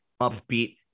upbeat